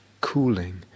cooling